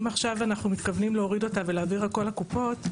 אם עכשיו אנחנו מתכוונים להוריד אותה ולהעביר הכול לקופות,